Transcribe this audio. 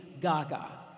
Gaga